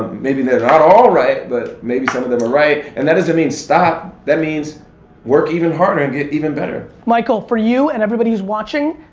maybe they're not all right, but maybe some of them are right. and that doesn't mean stop, that means work even harder, and get even better. michael, for you, and everybody who is watching,